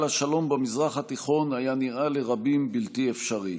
השלום במזרח התיכון היה נראה לרבים בלתי אפשרי.